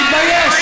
תתבייש.